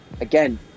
Again